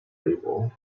evil